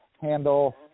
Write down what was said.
handle